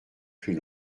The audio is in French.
plus